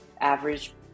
average